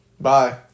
Bye